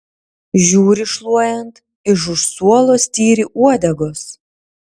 žiūri šluojant iš už suolo styri uodegos